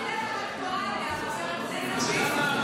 זה אומר שאנחנו מצליחים.